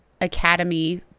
academy